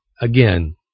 again